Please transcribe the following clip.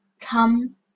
come